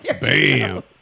bam